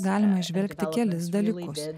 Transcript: galima įžvelgti kelis dalykus